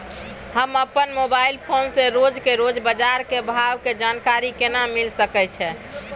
हम अपन mobile phone से रोज के रोज बाजार के भाव के जानकारी केना मिल सके छै?